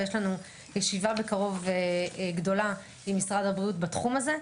יש לנו ישיבה גדולה בקרוב עם משרד הבריאות בתחום הזה.